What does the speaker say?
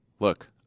Look